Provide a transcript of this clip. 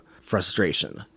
frustration